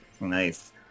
Nice